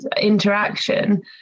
interaction